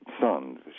son